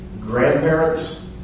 grandparents